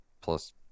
plus